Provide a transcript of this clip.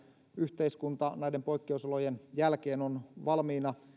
yhteiskunta näiden poikkeusolojen jälkeen on valmiina